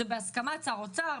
זה בהסכמת שר האוצר,